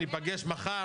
ניפגש מחר.